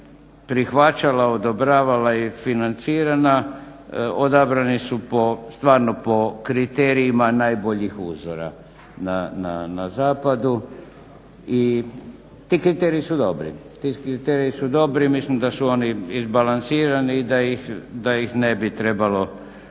prihvaćala, odobravala i financirala odabrani su stvarno po kriterijima najboljih uzora na zapadu. I ti kriteriji su dobri. Mislim da su oni izbalansirani i da ih ne bi trebalo